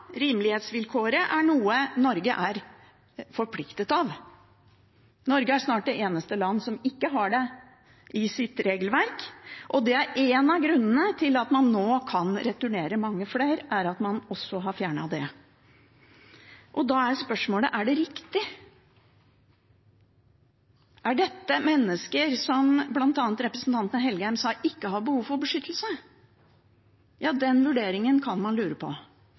rimelighetsvilkåret er noe Norge er forpliktet av. Norge er snart det eneste land som ikke har det i sitt regelverk, og en av grunnene til at man nå kan returnere mange flere, er at man har fjernet det. Da er spørsmålet: Er det riktig? Er dette mennesker, slik bl.a. representanten Engen-Helgheim sa, «uten et reelt behov for beskyttelse»? Den vurderingen kan man lure på